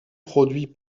produit